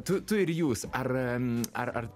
tu tu ir jūs ar ar ar